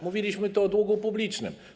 Mówiliśmy tu o długu publicznym.